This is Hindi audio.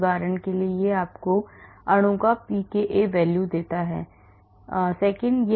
उदाहरण के लिए यह आपको अणु का pka देता है